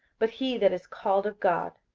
but he that is called of god,